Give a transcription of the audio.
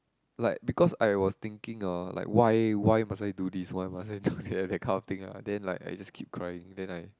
like because I was thinking hor like why why must I do this why must I do that that kind of thing ah then like I just keep crying then I